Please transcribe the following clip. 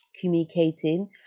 communicating